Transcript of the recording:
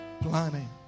Planning